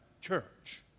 Church